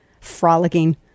Frolicking